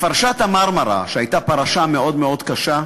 בפרשת ה"מרמרה", שהייתה פרשה מאוד קשה,